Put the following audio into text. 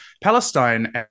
Palestine